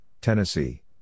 Tennessee